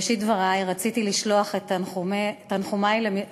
ואני מדברת על הסעיף שנקרא: יציבות רגולטורית.